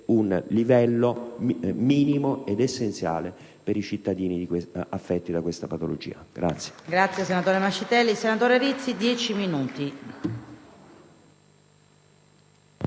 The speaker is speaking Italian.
un livello minimo ed essenziale per i cittadini affetti da tale patologia.